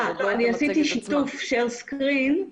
אני מדברת כרגע על בדיקה של 12 משקים באזור אעבלין בלבד,